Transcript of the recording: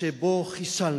שבו חיסלנו,